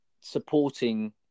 supporting